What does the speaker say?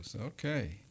Okay